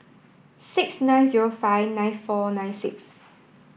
six nine zero five nine four nine six